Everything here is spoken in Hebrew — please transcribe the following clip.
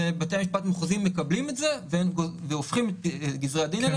ובתי המשפט המחוזיים מקבלים את זה והופכים את גזרי הדין האלה